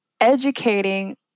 educating